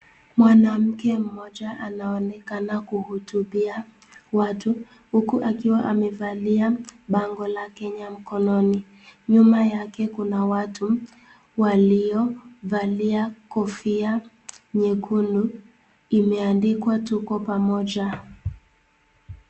Mwanamke mmoja anaonekana kuhutubia watu, huku akiwa amevalia bango la Kenya mkononi, nyuma yake Kuna watu walio valia kofia nyekundu imeandikwa "tuko pamoja".